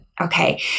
Okay